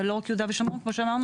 זה לא רק ביהודה ושומרון כמו שאמרנו.